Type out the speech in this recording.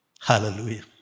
Hallelujah